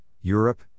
Europe